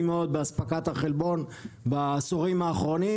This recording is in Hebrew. מאוד באספקת החלבון בעשורים האחרונים,